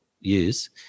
use